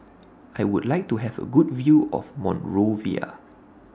I Would like to Have A Good View of Monrovia